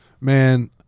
Man